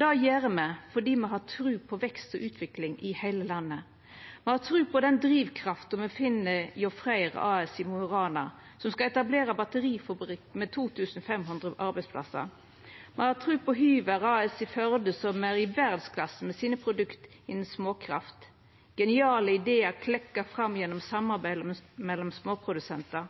Det gjer me fordi me har tru på vekst og utvikling i heile landet. Me har tru på den drivkrafta me finn hjå Freyr AS i Mo i Rana, som skal etablera batterifabrikk med 2 500 arbeidsplassar. Me har tru på Hywer AS i Førde som er i verdsklassen med sine produkt innan småkraft – geniale idear klekte fram gjennom samarbeid mellom småprodusentar,